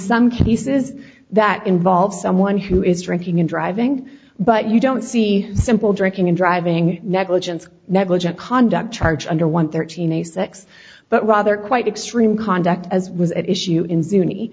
some cases that involve someone who is drinking and driving but you don't see simple drinking and driving negligence negligent conduct charge under one thirteen eighty six but rather quite extreme conduct as was at issue in zun